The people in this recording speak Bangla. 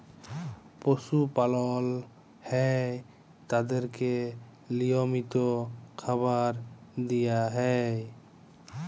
পশু পালল হ্যয় তাদেরকে লিয়মিত খাবার দিয়া হ্যয়